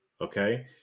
okay